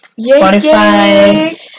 Spotify